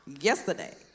Yesterday